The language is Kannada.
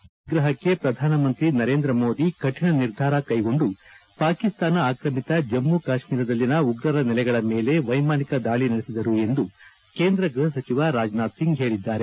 ಭಯೋತ್ಪಾದನೆ ನಿಗ್ರಹಕ್ಕೆ ಪ್ರಧಾನಿ ಮೋದಿ ಕಠಿಣ ನಿರ್ಧಾರ ಕೈಗೊಂಡು ಪಾಕಿಸ್ತಾನ ಆಕ್ರಮಿತ ಜಮ್ಮ ಕಾಶ್ಮೀರದಲ್ಲಿನ ಉಗ್ರರ ನೆಲೆಗಳ ಮೇಲೆ ವೈಮಾನಿಕ ದಾಳಿ ನಡೆಸಿದರು ಎಂದು ಕೇಂದ್ರ ಗೃಹ ಸಚಿವ ರಾಜ್ನಾಥ್ ಸಿಂಗ್ ಹೇಳಿದ್ದಾರೆ